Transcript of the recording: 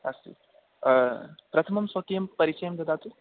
अस्तु प्रथमं स्वकीयं परिचयं ददातु